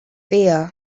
fear